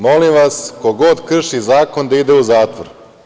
Molim vas, ko god krši zakon da ide u zatvor.